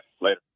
Later